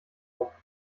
rupft